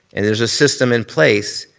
and there's a system in place.